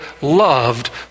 loved